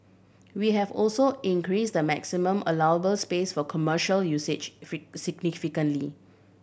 we have also increased the maximum allowable space for commercial usage significantly